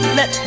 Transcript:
Let